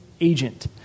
agent